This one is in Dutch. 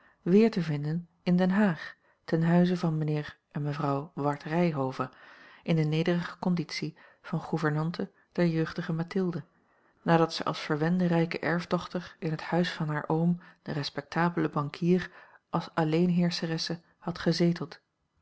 weer te vinden in den haag ten huize van mijnheer en mevrouw ward ryhove in de nederige conditie van gouvernante der jeugdige mathilde nadat zij als verwende rijke erfdochter in het huis van haar oom den respectabelen bankier als alleenheerscheresse had gezeteld